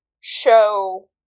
show